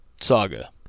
saga